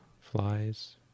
flies